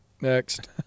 Next